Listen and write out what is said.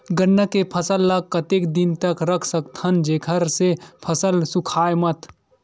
गन्ना के फसल ल कतेक दिन तक रख सकथव जेखर से फसल सूखाय मत?